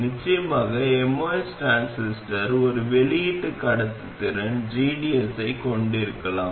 நிச்சயமாக MOS transistor ஒரு வெளியீட்டு கடத்துத்திறன் gds ஐக் கொண்டிருக்கலாம்